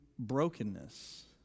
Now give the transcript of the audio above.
brokenness